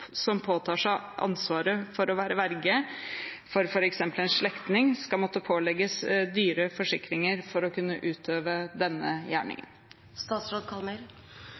som påtar seg ansvaret med å være verge, for f.eks. en slektning, skal måtte pålegges dyre forsikringer for å kunne utøve denne